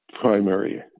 primary